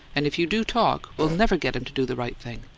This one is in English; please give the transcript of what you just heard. and if you do talk we'll never get him to do the right thing.